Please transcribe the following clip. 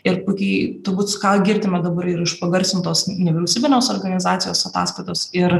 ir puikiai turbūt ką girdime dabar ir iš pagarsintos nevyriausybinės organizacijos ataskaitos ir